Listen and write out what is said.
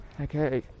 Okay